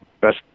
best